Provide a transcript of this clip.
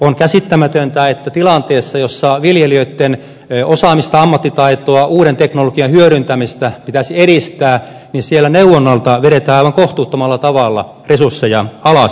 on käsittämätöntä että tilanteessa jossa viljelijöitten osaamista ammattitaitoa uuden teknologian hyödyntämistä pitäisi edistää siellä neuvonnalta vedetään aivan kohtuuttomalla tavalla resursseja alas